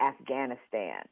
Afghanistan